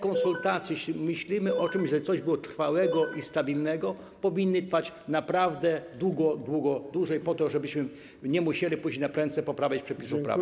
Konsultacje - jeśli myślimy o czymś, żeby coś było trwałego i stabilnego - powinny trwać naprawdę długo, dużo dłużej, po to żebyśmy nie musieli później naprędce poprawiać przepisów prawa.